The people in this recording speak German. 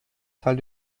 teil